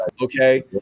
okay